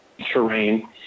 terrain